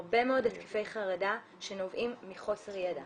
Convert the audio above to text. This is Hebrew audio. הרבה מאוד התקפי חרדה שנובעים מחוסר ידע.